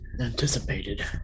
anticipated